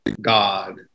God